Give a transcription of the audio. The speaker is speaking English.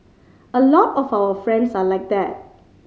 a lot of our friends are like that